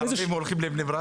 וערבים הולכים לבני ברק.